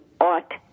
ought